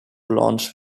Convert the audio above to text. launch